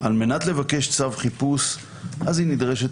על מנת לבקש צו חיפוש היא נדרשת